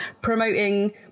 promoting